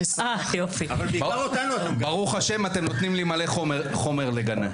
ברוך השם אתם נותנים לי מלא חומר לגנות.